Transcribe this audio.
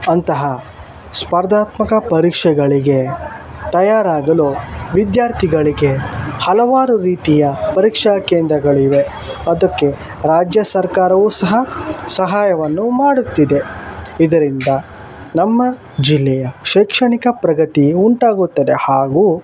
ಅಂತಹ ಸ್ಪರ್ಧಾತ್ಮಕ ಪರೀಕ್ಷೆಗಳಿಗೆ ತಯಾರಾಗಲು ವಿದ್ಯಾರ್ಥಿಗಳಿಗೆ ಹಲವಾರು ರೀತಿಯ ಪರೀಕ್ಷಾ ಕೇಂದ್ರಗಳಿವೆ ಅದಕ್ಕೆ ರಾಜ್ಯ ಸರ್ಕಾರವು ಸಹ ಸಹಾಯವನ್ನು ಮಾಡುತ್ತಿದೆ ಇದರಿಂದ ನಮ್ಮ ಜಿಲ್ಲೆಯ ಶೈಕ್ಷಣಿಕ ಪ್ರಗತಿ ಉಂಟಾಗುತ್ತದೆ ಹಾಗೂ